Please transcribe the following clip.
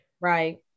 right